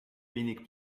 wenig